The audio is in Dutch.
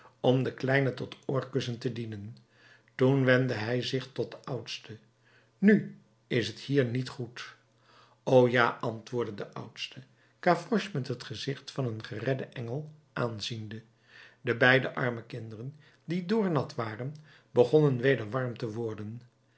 om den kleine tot oorkussen te dienen toen wendde hij zich tot den oudste nu is t hier niet goed o ja antwoordde de oudste gavroche met het gezicht van een geredden engel aanziende de beide arme kinderen die doornat waren begonnen weder warm te worden